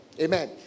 Amen